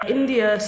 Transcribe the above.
india